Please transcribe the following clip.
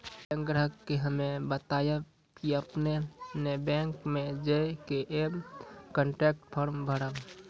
bank ग्राहक के हम्मे बतायब की आपने ने बैंक मे जय के एम कनेक्ट फॉर्म भरबऽ